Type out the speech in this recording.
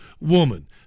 woman